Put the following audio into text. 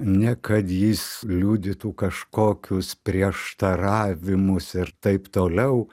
ne kad jis liudytų kažkokius prieštaravimus ir taip toliau